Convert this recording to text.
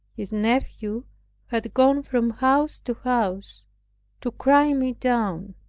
his nephew had gone from house to house to cry me down.